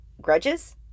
grudges